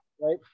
right